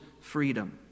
freedom